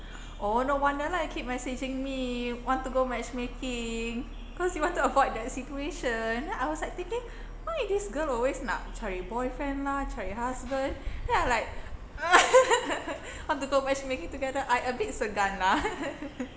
oh no wonder lah you keep messaging me want to go matchmaking cause you want to avoid that situation then I was like thinking why this girl always nak cari boyfriend lah cari husband then I'm like want to go matchmaking together I a bit segan lah